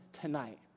tonight